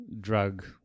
drug